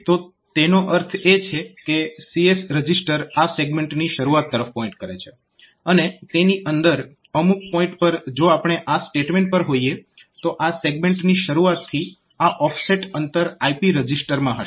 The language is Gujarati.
તો તેનો અર્થ એ છે કે CS રજીસ્ટર આ સેગમેન્ટની શરૂઆત તરફ પોઇન્ટ કરે છે અને તેની અંદર અમુક પોઇન્ટ પર જો આપણે આ સ્ટેટમેન્ટ પર હોઈએ તો આ સેગમેન્ટની શરૂઆતથી આ ઓફસેટ અંતર IP રજીસ્ટરમાં હશે